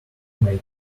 make